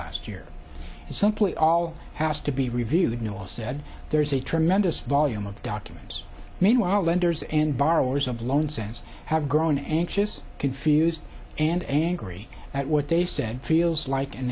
last year and simply all has to be reviewed no law said there is a tremendous volume of documents meanwhile lenders and borrowers of loan sense have grown anxious confused and angry at what they said feels like an